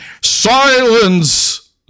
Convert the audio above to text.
Silence